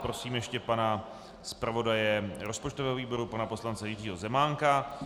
Prosím ještě pana zpravodaje rozpočtového výboru pana poslance Jiřího Zemánka.